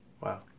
Wow